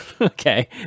Okay